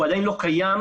הוא עדיין לא קיים,